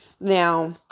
Now